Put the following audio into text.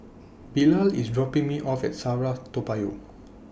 Bilal IS dropping Me off At SAFRA Toa Payoh